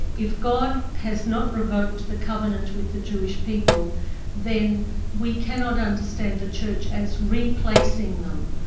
if god has not revoked the covenant with the jewish people then we cannot understand the church as replacing them.